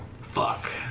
Fuck